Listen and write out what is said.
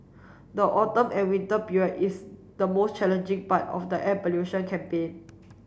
the autumn and winter period is the most challenging part of the air pollution campaign